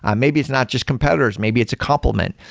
um maybe it's not just competitors. maybe it's a compliment.